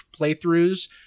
playthroughs